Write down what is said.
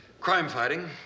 crime-fighting